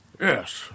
Yes